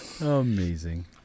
Amazing